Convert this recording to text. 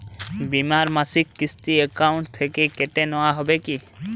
বিমার মাসিক কিস্তি অ্যাকাউন্ট থেকে কেটে নেওয়া হবে কি?